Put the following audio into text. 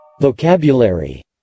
Vocabulary